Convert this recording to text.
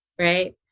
Right